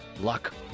luck